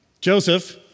Joseph